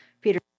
Peter